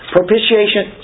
Propitiation